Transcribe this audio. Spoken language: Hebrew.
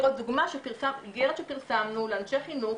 לראות דוגמא שפרסמנו לאנשי חינוך,